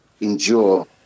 endure